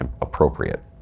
appropriate